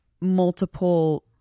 multiple